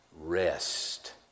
rest